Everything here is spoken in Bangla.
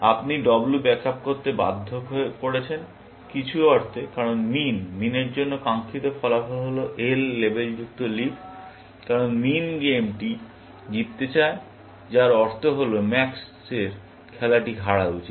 আপনি W ব্যাক আপ করতে বাধ্য করেছেন কিছু অর্থে কারণ মিন মিনের জন্য কাঙ্খিত ফলাফল হল L লেবেলযুক্ত লিফ কারণ মিন গেমটি জিততে চায় যার অর্থ হল ম্যাক্সের খেলাটি হারা উচিত